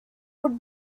would